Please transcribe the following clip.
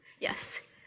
Yes